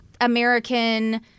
American